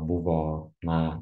buvo na